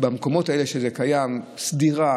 ובמקומות האלה שבהם זה קיים יש תחבורה ציבורית סדירה,